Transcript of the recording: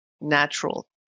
natural